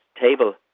table